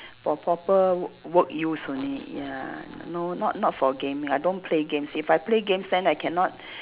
for proper w~ work use only ya no not not for gaming I don't play games if I play games then I cannot